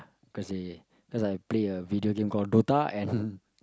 cause they cause I play a video game called Dota and